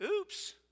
Oops